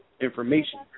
information